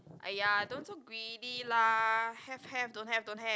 !aiya! don't so greedy lah have have don't have don't have